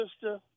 sister